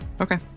okay